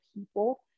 people